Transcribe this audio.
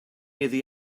iddi